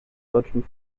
deutschen